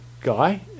guy